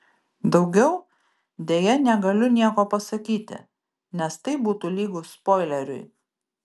daugiau deja negaliu nieko pasakyti nes tai būtų lygu spoileriui